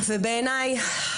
בוקר טוב.